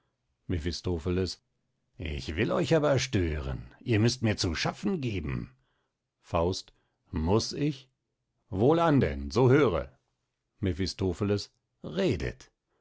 mephistopheles ich will euch aber stören ihr müßt mir zu schaffen geben faust muß ich wohlan denn so höre mephistopheles redet